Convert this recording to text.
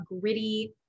gritty